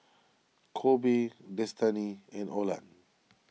Kobe Destany and Olan